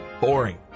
boring